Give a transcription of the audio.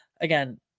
again